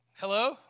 Hello